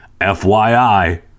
FYI